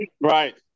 Right